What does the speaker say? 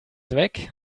weg